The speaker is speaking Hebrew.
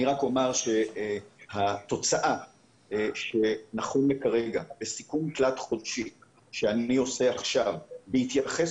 רק אומר שהתוצאה נכון לכרגע בסיכום תלת חודשי שאני עושה עכשיו בהתייחס